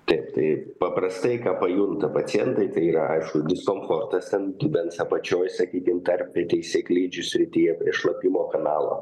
taip tai paprastai ką pajunta pacientai tai yra aišku diskomfortas ten dubens apačioj sakykim tarpvietėj sėklidžių srityje prie šlapimo kanalo